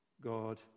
God